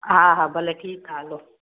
हा हा भले ठीकु आहे हलो